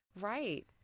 Right